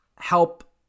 help